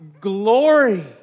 glory